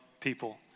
people